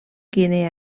guinea